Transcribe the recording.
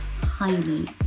highly